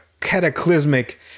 cataclysmic